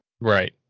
Right